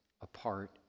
apart